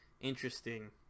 interesting